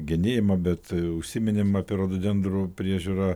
genėjimą bet užsiminėm apie rododendrų priežiūrą